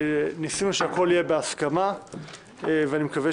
אני אתחיל